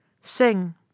Sing